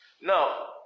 Now